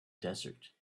desert